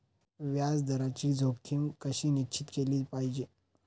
व्याज दराची जोखीम कशी निश्चित केली पाहिजे